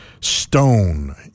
stone